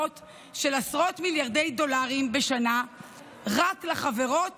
של עשרות מיליארדי דולרים בשנה רק לחברות